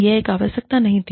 यह एक आवश्यकता नहीं थी